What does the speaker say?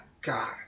God